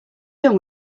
done